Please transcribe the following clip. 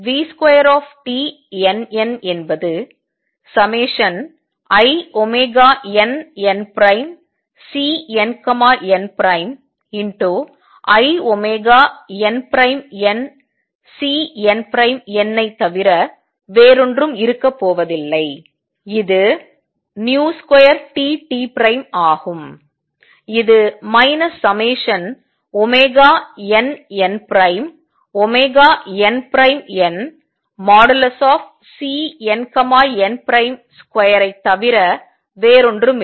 v2tnn என்பது ∑innCnninnCnn ஐ தவிர வேறொன்றும் இருக்கப் போவதில்லை இது vtt2 ஆகும் இது ∑nnnn|Cnn |2ஐ தவிர வேறொன்றுமில்லை